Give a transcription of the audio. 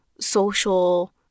social